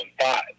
five